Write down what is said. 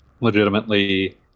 Legitimately